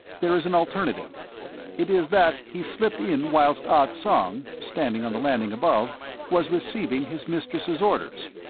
there is an alternative it is that he slipped in whilst ah tsong, standing on the landing above, was receiving his mistress's orders.